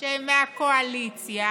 שהם מהקואליציה,